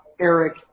Eric